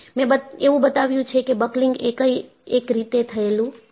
મેં એવું બતાવ્યું છે કે બકલિંગ એ એક રીતે થયેલું છે